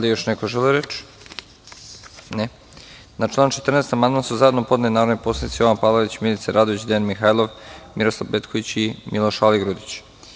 Da li još neko želi reč? (Ne) Na član 14. amandman su zajedno podneli narodni poslanici Jovan Palalić, Milica Radović, Dejan Mihajlov, Miroslav Petković i Miloš Aligrudić.